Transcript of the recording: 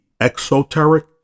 exoteric